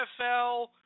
NFL